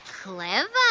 Clever